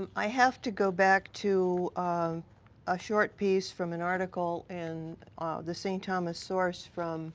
um i have to go back to a short piece from an article in the st. thomas source from